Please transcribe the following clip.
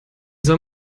soll